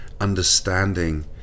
understanding